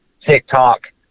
TikTok